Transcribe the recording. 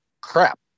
crap